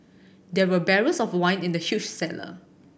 there were barrels of wine in the huge cellar